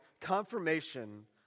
confirmation